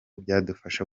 byadufasha